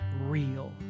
real